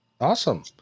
Awesome